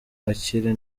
akire